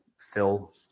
fill